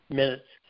minutes